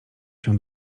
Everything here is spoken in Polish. się